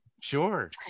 sure